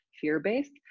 fear-based